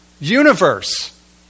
universe